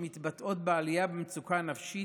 שמתבטאות בעלייה במצוקה נפשית,